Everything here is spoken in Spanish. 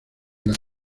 las